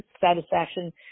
satisfaction